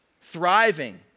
thriving